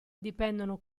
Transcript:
dipendono